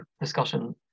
discussion